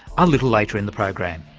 a little later in the program.